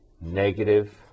Negative